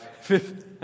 fifth